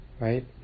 right